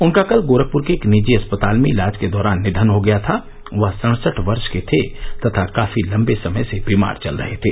उनका कल गोरखपुर के एक निजी अस्पताल में इलाज के दौरान निघन हो गया था वह सड़सठ वर्ष के थे तथा काफी लम्बे समय से बीमार चल रहे थे